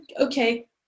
okay